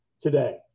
today